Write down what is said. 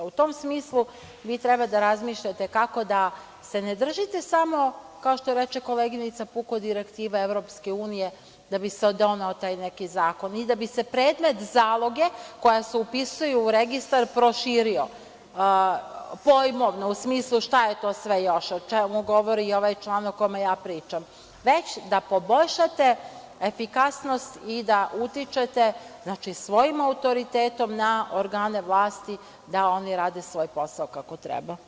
U tom smislu, vi treba da razmišljate kako da se ne držite samo, kao što reče koleginica – puko direktive EU da bi se doneo taj neki zakon, i da bi se predmet zaloge koja se upisuju u Registar proširio pojmovno, u smislu - šta je to sve još, o čemu govori ovaj član o kome ja pričam, već da poboljšate efikasnost i da utičete svojim autoritetom na organe vlasti da oni rade svoj posao kako treba.